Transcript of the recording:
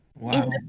Wow